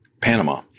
Panama